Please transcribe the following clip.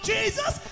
Jesus